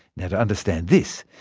and to understand this,